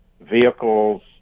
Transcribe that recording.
vehicles